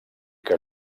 que